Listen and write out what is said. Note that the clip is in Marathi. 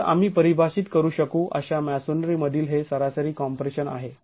तर आम्ही परिभाषित करू शकू अशा मॅसोनरी मधील हे सरासरी कॉम्प्रेशन आहे